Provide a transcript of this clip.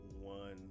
one